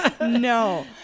No